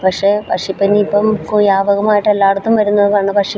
പക്ഷേ പക്ഷിപ്പനിയിപ്പോള് വ്യാപകമായിട്ട് എല്ലായിടത്തും വരുന്നതാണ് പക്ഷിപ്പനി